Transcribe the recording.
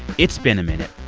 it's been a minute.